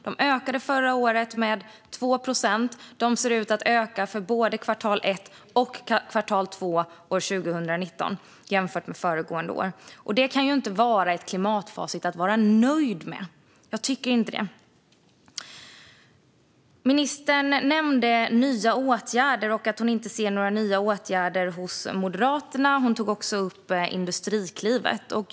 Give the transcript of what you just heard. De ökade förra året med 2 procent, och de ser ut att öka både för kvartal 1 och kvartal 2 år 2019 jämfört med föregående år. Jag tycker inte att det är ett klimatfacit att vara nöjd med. Ministern nämnde nya åtgärder och att hon inte ser några sådana hos Moderaterna. Hon tog också upp Industriklivet.